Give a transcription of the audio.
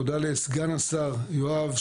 תודה לסגן השר יואב,